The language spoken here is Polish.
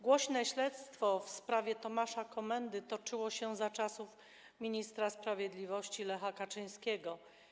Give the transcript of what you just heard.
Głośne śledztwo w sprawie Tomasza Komendy toczyło się za czasów ministra sprawiedliwości Lecha Kaczyńskiego.